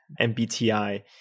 MBTI